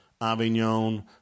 Avignon